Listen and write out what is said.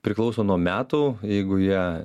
priklauso nuo metų jeigu jie